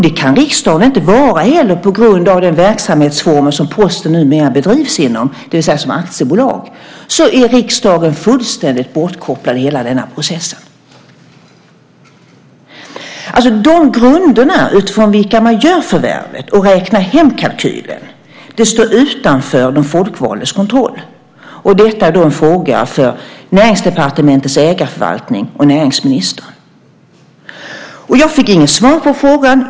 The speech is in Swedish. Det kan riksdagen inte vara heller på grund av de verksamhetsformer som Posten numera bedrivs inom, det vill säga som aktiebolag. Därmed är riksdagen fullständigt bortkopplad i hela denna process. De grunder utifrån vilka man gör förvärvet och räknar hem kalkylen står utanför de folkvaldas kontroll, och detta är då en fråga för Näringsdepartementets ägarförvaltning och näringsministern. Jag fick inget svar på frågan.